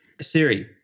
Siri